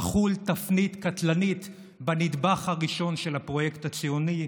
תחול תפנית קטלנית בנדבך הראשון של הפרויקט הציוני,